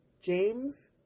James